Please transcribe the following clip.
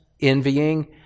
envying